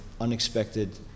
unexpected